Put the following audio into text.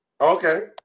Okay